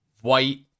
white